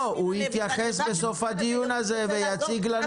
הוא יתייחס בסוף הדיון הזה ויציג לנו פתרונות.